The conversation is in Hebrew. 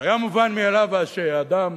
כשהיה מובן מאליו שאדם